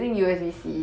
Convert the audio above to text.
oh